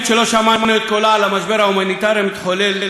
קולה על המשבר ההומניטרי המתחולל שם,